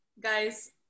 Guys